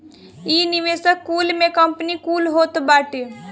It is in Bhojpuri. इ निवेशक कुल में कंपनी कुल होत बाटी